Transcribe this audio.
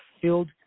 filled